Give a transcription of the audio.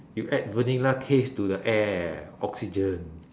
you add vanilla taste to the air oxygen